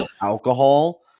alcohol